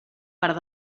part